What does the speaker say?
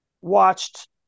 watched